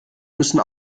müssen